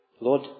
Lord